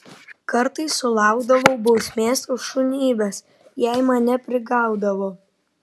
kartais sulaukdavau bausmės už šunybes jei mane prigaudavo